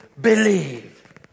believe